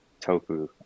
tofu